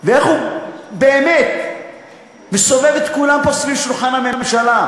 ואיך הוא באמת מסובב את כולם פה סביב שולחן הממשלה,